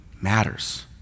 matters